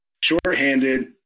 shorthanded